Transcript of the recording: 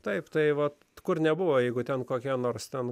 taip tai vat kur nebuvo jeigu ten kokia nors ten